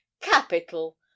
capital